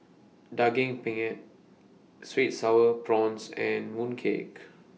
Daging Penyet Sweet Sour Prawns and Mooncake